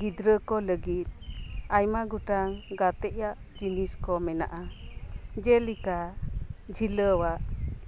ᱜᱤᱫᱽᱨᱟᱹᱠᱚ ᱞᱟᱹᱜᱤᱫ ᱟᱭᱢᱟ ᱜᱚᱴᱟᱝ ᱜᱟᱛᱮᱭᱟᱜ ᱡᱤᱱᱤᱥᱠᱚ ᱢᱮᱱᱟᱜᱼᱟ ᱡᱮᱞᱮᱠᱟ ᱡᱷᱤᱞᱟᱹᱣᱟᱜ